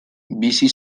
bizi